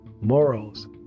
morals